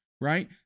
right